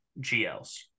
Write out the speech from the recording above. GLs